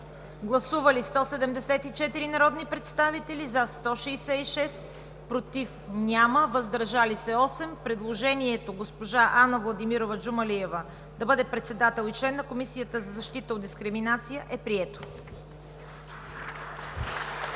Гласували 174 народни представители: за 166, против няма, въздържали се 8. Предложението Ана Владимирова Джумалиева да бъде председател и член на Комисията за защита от дискриминация е прието.